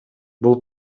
бул